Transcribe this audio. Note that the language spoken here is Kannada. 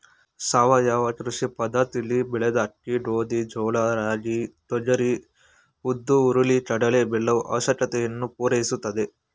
ಸಾವಯವ ಕೃಷಿ ಪದ್ದತಿಲಿ ಬೆಳೆದ ಅಕ್ಕಿ ಗೋಧಿ ಜೋಳ ರಾಗಿ ತೊಗರಿ ಉದ್ದು ಹುರುಳಿ ಕಡಲೆ ಬೆಲ್ಲವು ಅವಶ್ಯಕತೆಯನ್ನು ಪೂರೈಸುತ್ತದೆ